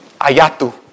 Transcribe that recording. ayatu